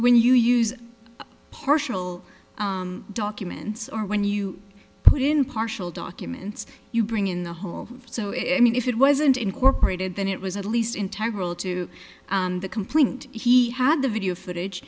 when you use partial documents or when you put in partial documents you bring in the whole so if i mean if it wasn't incorporated then it was at least in tyrol to the complaint he had the video footage